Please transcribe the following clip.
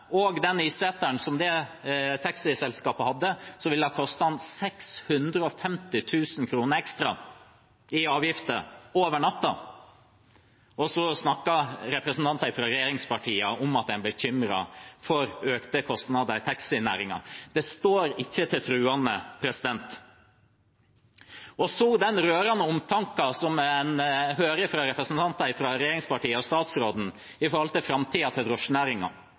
og ni-seteren som det taxiselskapet har, ville det ha kostet ham 650 000 kr ekstra i avgifter over natten – og så snakker representantene fra regjeringspartiene om at man er bekymret for økte kostnader i taxinæringen. Det står ikke til troende. Og til den rørende omtanken som man hører fra representanter fra regjeringspartiene og statsråden, for framtiden til